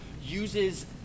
uses